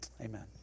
Amen